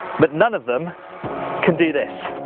but none of them can do this.